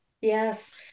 yes